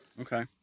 Okay